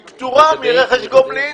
היא פטורה מרכש גומלין